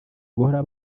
guhora